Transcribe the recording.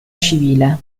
civile